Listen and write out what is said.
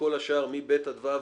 כל השאר, מ-(ב) עד (ו)